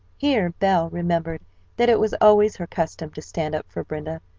here belle remembered that it was always her custom to stand up for brenda,